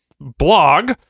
blog